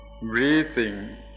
Breathing